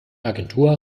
agentur